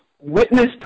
witnessed